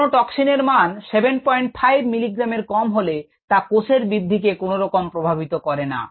কোন টক্সিনের মান 75 মিলিগ্রামের কম হলে তা কোষের বৃদ্ধিকে কোনরকম প্রভাবিত করে না